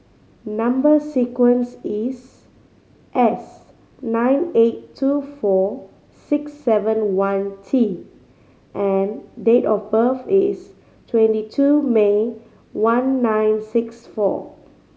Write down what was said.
number sequence is S nine eight two four six seven one T and date of birth is twenty two May one nine six four